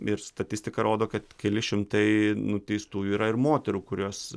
ir statistika rodo kad keli šimtai nuteistųjų yra ir moterų kurios